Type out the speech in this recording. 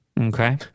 Okay